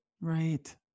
Right